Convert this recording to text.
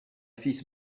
fils